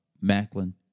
Macklin